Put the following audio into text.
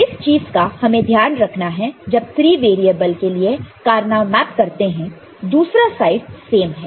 तो इस चीज का हमें ध्यान रखना है जब हम 3 वेरिएबल के लिए कार्नो मैप फॉर्म करते हैं दूसरा साइड सेम है